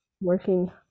Working